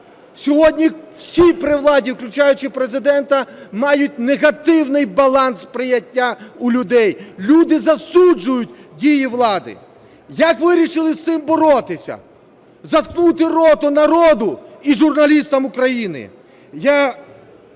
Сьогодні всі при владі, включаючи Президента, мають негативний баланс сприйняття у людей. Люди засуджують дії влади. Як вирішили з цим боротися? Заткнути рота народу і журналістам України.